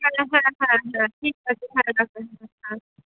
হ্যাঁ হ্যাঁ হ্যাঁ হ্যাঁ ঠিক আছে হ্যাঁ হ্যাঁ হ্যাঁ হ্যাঁ আচ্ছা